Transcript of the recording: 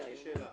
יש לי שאלה.